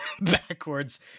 backwards